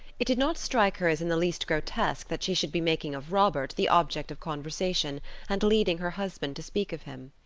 it did not strike her as in the least grotesque that she should be making of robert the object of conversation and leading her husband to speak of him.